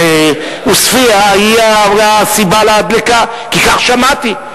עוספיא היא הסיבה לדלקה, כי כך שמעתי.